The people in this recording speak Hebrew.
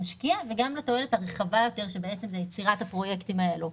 למשקיע וגם לתועלת הרחבה יותר של יצירת הפרויקטים האלה.